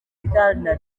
iharanira